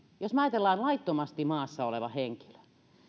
jos me ajattelemme laittomasti maassa olevaa henkilöä